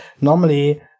normally